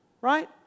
Right